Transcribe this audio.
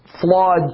flawed